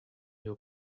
your